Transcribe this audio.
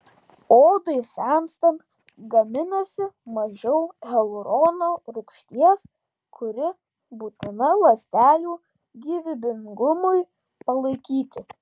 odai senstant gaminasi mažiau hialurono rūgšties kuri būtina ląstelių gyvybingumui palaikyti